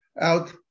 out